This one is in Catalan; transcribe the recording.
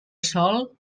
sol